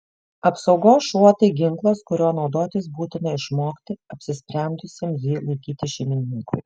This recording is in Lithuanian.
apsaugos šuo tai ginklas kuriuo naudotis būtina išmokti apsisprendusiam jį laikyti šeimininkui